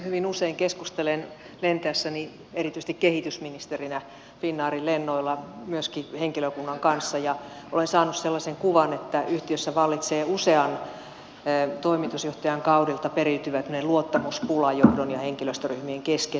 hyvin usein keskustelen lentäessäni erityisesti kehitysministerinä finnairin lennoilla myöskin henkilökunnan kanssa ja olen saanut sellaisen kuvan että yhtiössä vallitsee usean toimitusjohtajan kaudelta periytyvä luottamuspula johdon ja henkilöstöryhmien kesken